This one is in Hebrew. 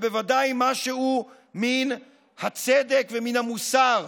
ובוודאי משהו מן הצדק ומן המוסר: